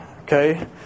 okay